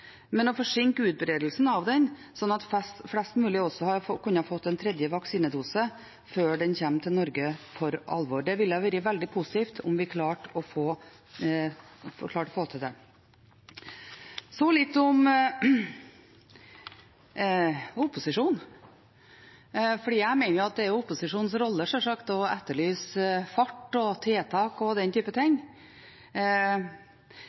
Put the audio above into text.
men å forsinke utbredelsen av den, slik at flest mulig også har kunnet få en tredje vaksinedose før den kommer til Norge for alvor. Det ville være veldig positivt om vi klarte å få til det. Så litt om opposisjonen. Jeg mener sjølsagt det er opposisjonens rolle å etterlyse fart og tiltak og den type ting,